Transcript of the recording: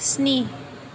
स्नि